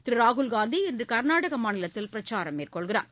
திரு ராகுல் காந்தி இன்று கர்நாடக மாநிலத்தில் பிரச்சாரம் மேற்கொள்கிறார்